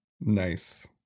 nice